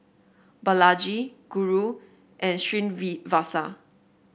Balaji Guru and Srinivasa